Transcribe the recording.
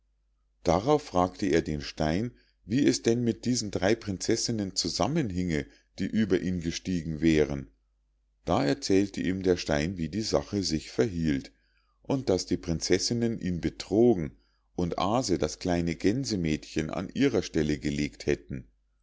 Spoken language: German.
darauf fragte er den stein wie es denn mit diesen drei prinzessinnen zusammenhinge die über ihn gestiegen wären da erzählte ihm der stein wie die sache sich verhielt und daß die prinzessinnen ihn betrogen und aase das kleine gänsemädchen an ihre stelle gelegt hätten